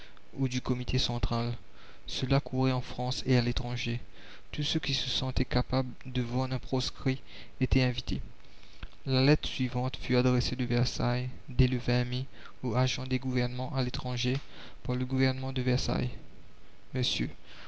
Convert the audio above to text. ou du comité central cela courait en france et à l'étranger tous ceux qui se sentaient capables de vendre un proscrit étaient invités la lettre suivante fut adressée de versailles dès le mai aux agents des gouvernements à l'étranger par le gouvernement de versailles monsieur